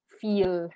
feel